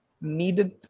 needed